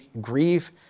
Grieve